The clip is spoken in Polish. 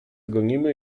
gonimy